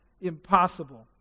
impossible